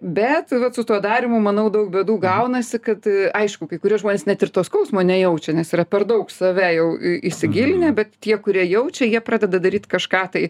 bet su tuo darymu manau daug bėdų gaunasi kad aišku kai kurie žmonės net ir to skausmo nejaučia nes yra per daug save jau į įsigilinę bet tie kurie jaučia jie pradeda daryt kažką tai